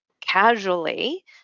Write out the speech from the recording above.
casually